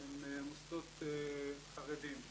הם מוסדות חרדים.